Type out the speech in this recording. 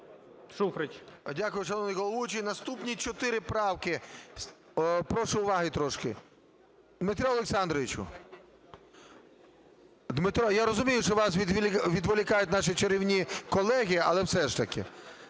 Дякую, шановний головуючий. Наступні чотири правки… Прошу уваги трошки. Дмитре Олександровичу! Дмитро, я розумію, що вас відволікають наші чарівні колеги, але все ж таки.